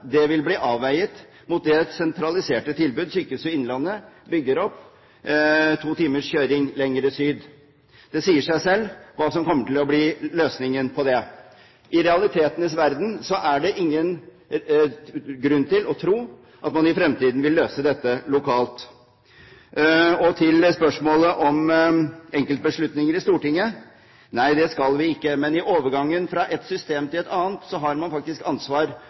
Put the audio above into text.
mot det sentraliserte tilbudet Sykehuset Innlandet bygger opp to timers kjøring lenger syd. Det sier seg selv hva som kommer til å bli løsningen på det. I realitetenes verden er det ingen grunn til å tro at man i fremtiden vil løse dette lokalt. Til spørsmålet om enkeltbeslutninger i Stortinget: Nei, det skal vi ikke ta, men i overgangen fra et system til et annet har man faktisk ansvar